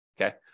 Okay